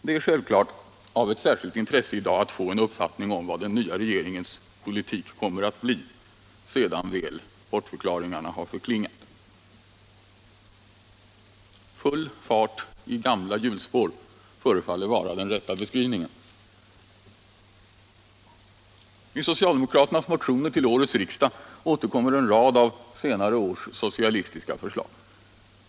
Det är självfallet av ett särskilt intresse i dag att få en uppfattning om vad den nya regeringens politik kommer att bli sedan väl bortförklaringarna har förklingat. ”Full fart i gamla hjulspår”, förefaller vara den rätta beskrivningen. I socialdemokraternas motioner till årets riksdag återkommer en rad av senare års socialistiska förslag.